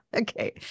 okay